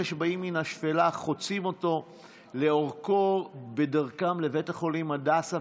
אלה שבאים מהשפלה חוצים אותו לאורכו בדרכם לבית החולים הדסה,